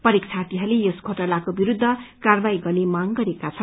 परीक्षार्थीहरूले यस घोटालाको विरूद्व कारवाही गर्ने मांग गरेका छन्